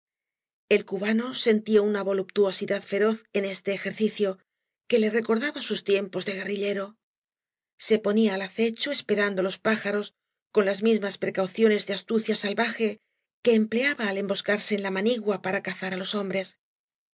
el cubano sentía una voluptuosidad feroz en este ejercicio que le recordaba sus tiempos de guerrillero se ponía al acecho esperando los pájaros cou las mismas precauciones de astucia salvaje que empleaba al emboscarse en la manigua para cazar á los hombres